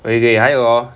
okay okay 还有 hor